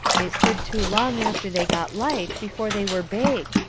they stood too long after they got light, before they were baked.